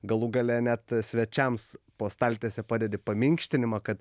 galų gale net svečiams po staltiese padedi paminkštinimą kad